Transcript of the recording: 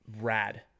rad